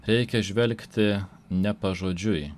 reikia žvelgti ne pažodžiui